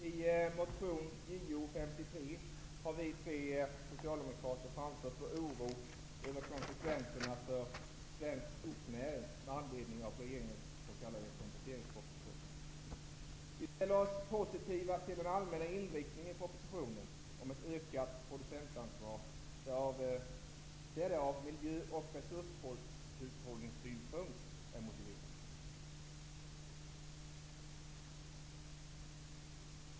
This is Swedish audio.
Herr talman! Vi är tre socialdemokrater som i motion Jo53 ger uttryck för vår oro över konsekvenserna för svensk skogsnäring -- detta med anledning av regeringens kompletteringsproposition. Vi är positiva till den allmänna inriktningen i propositionen. Det gäller då ett ökat producentansvar när ett sådant är motiverat från miljö och resurshushållningssynpunkt.